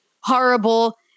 horrible